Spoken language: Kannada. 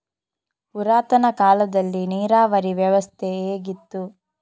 ಪುರಾತನ ಕಾಲದಲ್ಲಿ ನೀರಾವರಿ ವ್ಯವಸ್ಥೆ ಹೇಗಿತ್ತು?